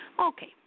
Okay